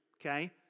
Okay